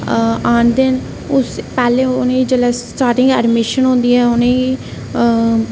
आह्नदे न पैह्लें जेल्लै स्टार्टिंग च एडमिशन होंदी ऐ ते उ'नेंगी